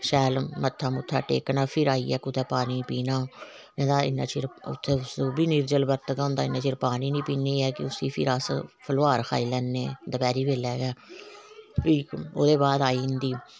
शैल मत्था मोत्था टेकना फिर आइयै कुते पानी पीना नेंई ते इन्ना चिर तुस ओ हबी नेईं निर्जल बर्त होंदा इन्ना चिर पानी नेई पीने हा कि उसी अस फलोहार खाई लैन्ने दपैहरी बेल्लै गै फ्ही ओहदे बाद आई जंदी